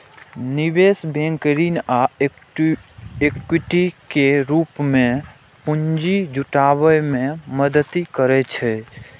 निवेश बैंक ऋण आ इक्विटी के रूप मे पूंजी जुटाबै मे मदति करै छै